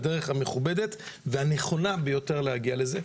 הדרך המכובדת והנכונה ביותר להגיע לזה.